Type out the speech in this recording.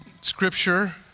scripture